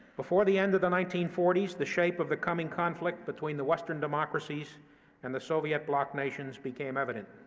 before the end of the nineteen forty s, the shape of the coming conflict between the western democracies and the soviet bloc nations became evident.